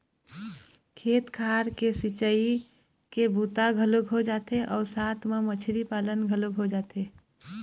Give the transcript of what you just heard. खेत खार के सिंचई के बूता घलोक हो जाथे अउ साथ म मछरी पालन घलोक हो जाथे